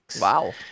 Wow